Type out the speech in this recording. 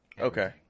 Okay